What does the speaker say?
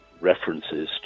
references